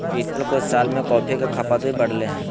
बीतल कुछ साल में कॉफ़ी के खपत भी बढ़लय हें